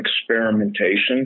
experimentation